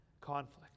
conflict